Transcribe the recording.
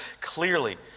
clearly